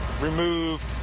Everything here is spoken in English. removed